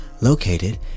located